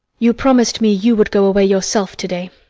you promised me you would go away yourself to-day.